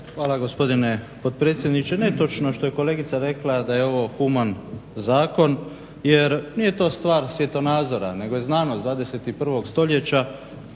Hvala, gospodine potpredsjedniče. Netočno što je kolegica rekla da je ovo human zakon jer nije to stvar svjetonazora nego je znanost 21. stoljeća